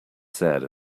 said